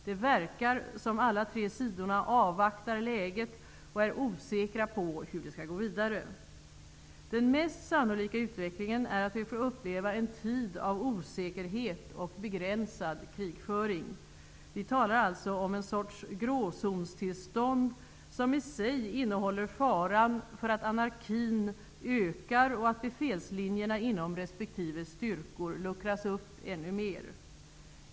Det verkar som om alla tre sidorna avvaktar läget och är osäkra på hur de skall gå vidare. Den mest sannolika utvecklingen är att vi får uppleva en tid av osäkerhet och begränsad krigföring. Vi talar alltså om en sorts gråzonstillstånd, som i sig innehåller en fara för att anarkin ökar och att befälslinjerna inom respektive styrkor luckras upp ännu mer.